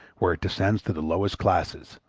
where it descends to the lowest classes,